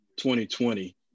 2020